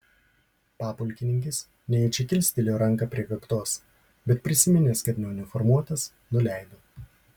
papulkininkis nejučia kilstelėjo ranką prie kaktos bet prisiminęs kad neuniformuotas nuleido